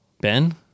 Ben